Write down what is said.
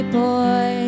boy